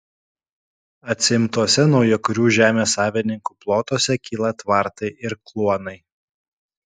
atsiimtuose naujakurių žemės savininkų plotuose kyla tvartai ir kluonai